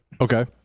Okay